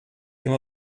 come